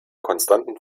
konstanten